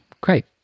great